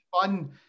fun